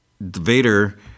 Vader